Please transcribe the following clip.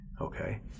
Okay